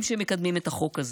הם שמקדמים את החוק הזה.